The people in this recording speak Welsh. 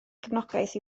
cefnogaeth